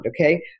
okay